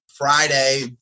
Friday